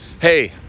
hey